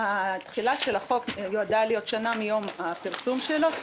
תחילת החוק יועדה להיות שנה מיום הפרסום שלו,